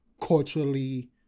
culturally